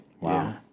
wow